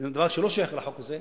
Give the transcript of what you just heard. דבר שלא שייך לחוק הזה: